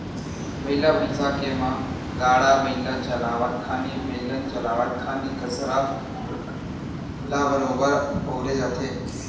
बइला भइसा के म गाड़ा बइला चलावत खानी, बेलन चलावत खानी कांसरा ल बरोबर बउरे जाथे